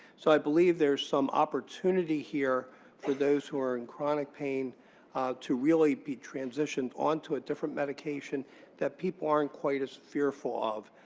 so i believe there's some opportunity here for those who are in chronic pain to really be transitioned onto a different medication that people aren't quite as fearful of.